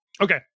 Okay